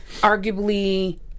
arguably